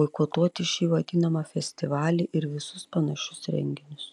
boikotuoti šį vadinamą festivalį ir visus panašius renginius